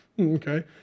Okay